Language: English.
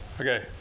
okay